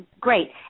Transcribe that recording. great